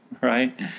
right